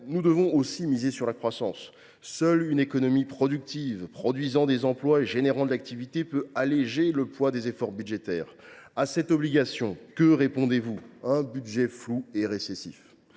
nous devons aussi miser sur la croissance. Seule une économie productive, créant des emplois et générant de l’activité, peut alléger le poids des efforts budgétaires. À cette obligation, par quoi répondez vous ? Par un budget flou et récessif…